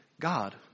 God